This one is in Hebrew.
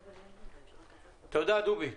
תודה, דובי.